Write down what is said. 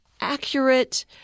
accurate